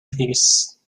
peace